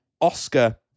Oscar